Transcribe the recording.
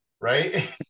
right